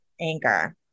anger